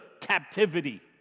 captivity